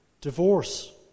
Divorce